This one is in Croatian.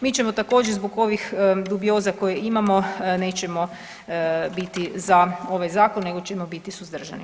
Mi ćemo također zbog ovih dubioza koje imamo nećemo biti za ovaj zakon nego ćemo biti suzdržani.